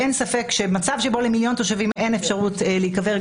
אין ספק שמצב שבו למיליון תושבים בירושלים אין אפשרות להיקבר,